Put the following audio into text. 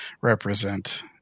represent